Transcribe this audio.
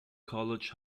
college